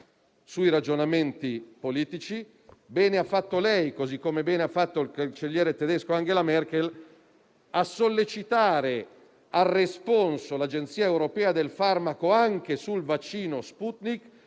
sui ragionamenti politici. Bene ha fatto come il cancelliere tedesco Angela Merkel, a sollecitare al responso l'Agenzia europea del farmaco anche sul vaccino Sputnik;